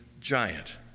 giant